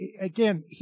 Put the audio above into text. again